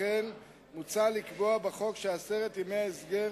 לכן מוצע לקבוע בחוק שעשרת ימי ההסגר